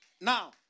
Now